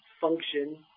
function